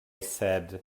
said